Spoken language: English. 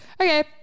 Okay